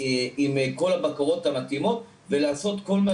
עם כל הבקרות המתאימות ולעשות כל מה